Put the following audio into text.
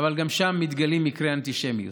מתגלים מקרי אנטישמיות.